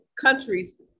countries